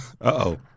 Uh-oh